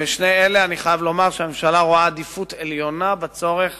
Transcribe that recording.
אני חייב לומר שהממשלה רואה עדיפות עליונה בצורך